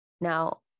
Now